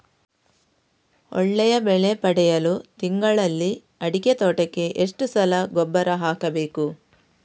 ಒಳ್ಳೆಯ ಬೆಲೆ ಪಡೆಯಲು ತಿಂಗಳಲ್ಲಿ ಅಡಿಕೆ ತೋಟಕ್ಕೆ ಎಷ್ಟು ಸಲ ಗೊಬ್ಬರ ಹಾಕಬೇಕು?